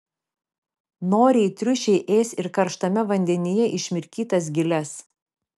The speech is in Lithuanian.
noriai triušiai ės ir karštame vandenyje išmirkytas giles